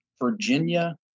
Virginia